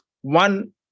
one